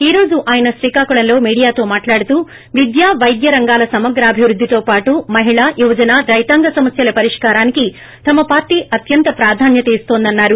ఈ రోజు ఆయన శ్రీకాకుళంలో మీడియాతో మాట్లాడుతూ విద్య వైద్య రంగాల సమగ్రాభివృద్దితో పాటు మహిళ యువజన రైతాంగ సమస్యల పరిష్కారానికి తమ పార్టీ అత్యంత ప్రాధాన్యత ఇన్తోందన్నారు